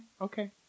Okay